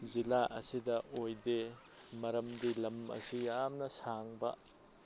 ꯖꯤꯂꯥ ꯑꯁꯤꯗ ꯑꯣꯏꯗꯦ ꯃꯔꯝꯗꯤ ꯂꯝ ꯑꯁꯤ ꯌꯥꯝꯅ ꯁꯥꯡꯕ